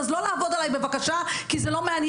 אז לא לעבוד עליי בבקשה, כי זה לא מעניין.